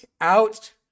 Out